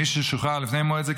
מי ששוחרר לפני מועד זה,